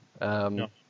No